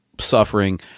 suffering